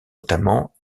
notamment